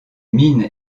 mines